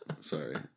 sorry